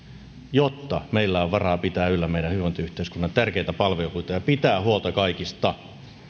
jotta meillä on varaa pitää yllä meidän hyvinvointiyhteiskunnan tärkeitä palveluita ja pitää huolta kaikista